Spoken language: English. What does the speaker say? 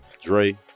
Dre